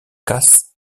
cass